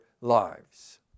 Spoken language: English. lives